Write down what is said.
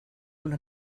una